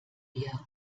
wir